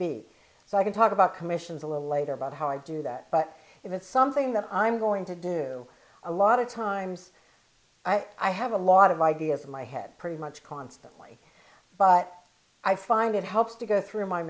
be so i can talk about commissions a little later about how i do that but it is something that i'm going to do a lot of times i have a lot of ideas in my head pretty much constantly but i find it helps to go through my